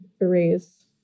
arrays